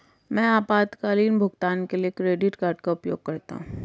मैं आपातकालीन भुगतान के लिए क्रेडिट कार्ड का उपयोग करता हूं